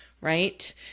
Right